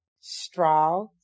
Straw